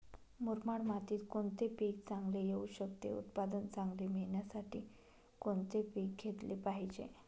मुरमाड मातीत कोणते पीक चांगले येऊ शकते? उत्पादन चांगले मिळण्यासाठी कोणते पीक घेतले पाहिजे?